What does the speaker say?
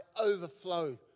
overflow